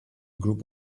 group